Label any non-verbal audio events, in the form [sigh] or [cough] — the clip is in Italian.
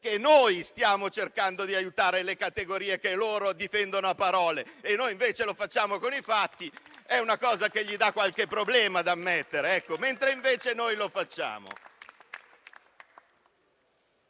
che noi stiamo cercando di aiutare le categorie che loro difendono a parole, mentre noi lo facciamo con i fatti; è una cosa che la sinistra ha qualche problema ad ammettere, [applause] mentre invece noi lo facciamo.